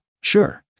Sure